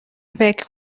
فکر